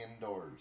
indoors